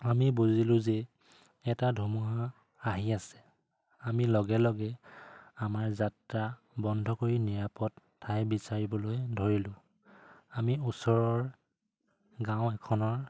আমি বুজিলোঁ যে এটা ধুমুহা আহি আছে আমি লগে লগে আমাৰ যাত্ৰা বন্ধ কৰি নিৰাপদ ঠাই বিচাৰিবলৈ ধৰিলোঁ আমি ওচৰৰ গাঁও এখনৰ